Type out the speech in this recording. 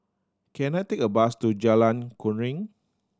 can I take a bus to Jalan Keruing